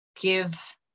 give